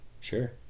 Sure